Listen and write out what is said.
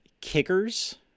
kickers